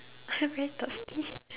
I very thirsty